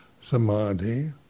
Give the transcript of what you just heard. samadhi